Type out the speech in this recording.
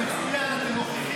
מאסר עולם לקטינים),